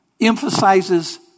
emphasizes